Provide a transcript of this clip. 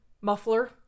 muffler